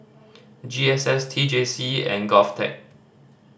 G S S T J C and GovTech